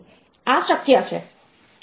આ શક્ય છે